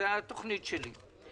זאת התוכנית שלי.